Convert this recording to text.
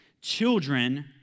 Children